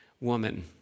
woman